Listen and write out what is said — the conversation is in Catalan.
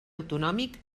autonòmic